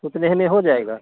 उतने ही में हो जायेगा